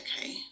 okay